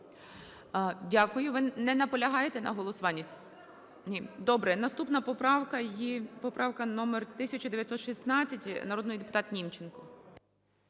Дякую. Ви не наполягаєте на голосуванні? Ні. Добре. Наступна поправка є поправка номер 1916. Народний депутат Німченко.